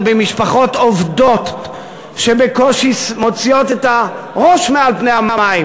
זה במשפחות עובדות שבקושי מחזיקות את הראש מעל פני המים,